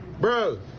Bro